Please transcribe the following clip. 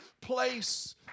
place